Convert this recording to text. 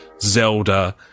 Zelda